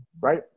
Right